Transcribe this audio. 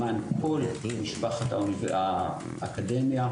למען כל משפחת האקדמיה,